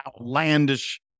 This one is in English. outlandish